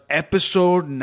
episode